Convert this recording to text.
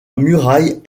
muraille